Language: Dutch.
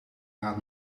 raad